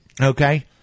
Okay